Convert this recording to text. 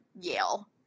Yale